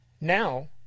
Now